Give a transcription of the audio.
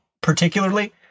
particularly